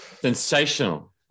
sensational